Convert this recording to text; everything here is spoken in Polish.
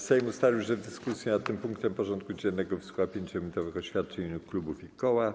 Sejm ustalił, że w dyskusji nad tym punktem porządku dziennego wysłucha 5-minutowych oświadczeń w imieniu klubów i koła.